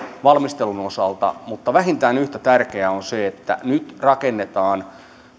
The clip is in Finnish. valmistelun osalta mutta vähintään yhtä tärkeää on se että nyt rakennetaan